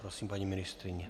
Prosím, paní ministryně.